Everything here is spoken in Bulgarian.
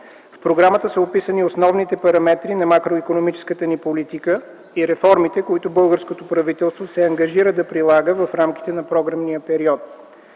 В програмата са описани основните параметри на макроикономическата ни политика и реформите, които българското правителство се ангажира да прилага в рамките на програмния период.